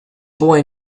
boy